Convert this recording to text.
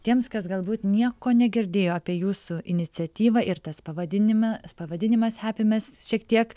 tiems kas galbūt nieko negirdėjo apie jūsų iniciatyvą ir tas pavadinima pavadinimas hapimes šiek tiek